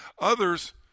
Others